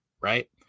right